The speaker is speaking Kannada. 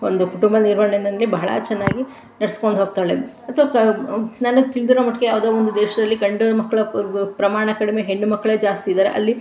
ಒಂದು ಕುಟುಂಬ ನಿರ್ವಹಣೆಯಲ್ಲಿ ಬಹಳ ಚೆನ್ನಾಗಿ ನಡ್ಸ್ಕೊಂಡು ಹೋಗ್ತಾಳೆ ಅಥ್ವಾ ಪ ನನ್ಗೆ ತಿಳಿದಿರೊ ಮಟ್ಟಿಗೆ ಯಾವುದೋ ಒಂದು ದೇಶದಲ್ಲಿ ಗಂಡು ಮಕ್ಕಳ ಪ್ರಮಾಣ ಕಡಿಮೆ ಹೆಣ್ಣು ಮಕ್ಕಳೇ ಜಾಸ್ತಿ ಇದ್ದಾರೆ ಅಲ್ಲಿ